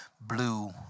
blue